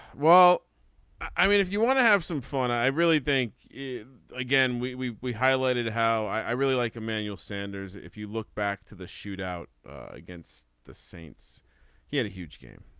well i mean if you want to have some fun i really think it again we we highlighted how i really like emmanuel sanders if you look back to the shoot out against the saints he had a huge game.